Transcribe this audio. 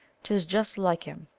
t is just like him.